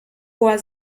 hoher